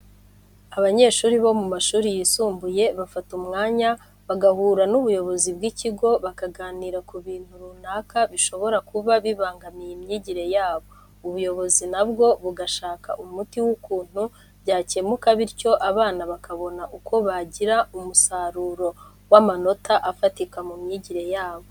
Abanyeshuri bo mu mashuri yisumbuye bafata umwanya bagahura n'ubuyobozi bw'ikigo bakaganira ku bintu runaka bishobora kuba bibangamira imyigire yabo, ubuyobozi na bwo bugashaka umuti w'ukuntu byakemuka bityo abana bakabona uko bagira umusaruro w'amanota afatika mu myigire yabo.